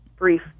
brief